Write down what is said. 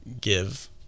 give